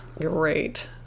great